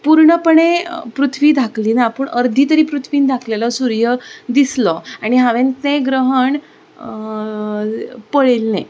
पूर्णपणे पृथ्वी धांकली ना पूण अर्दी तरी पृथ्वीन धांकलेलो सूर्य दिसलो आनी हांवें तें ग्रहण पळयल्लें